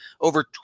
Over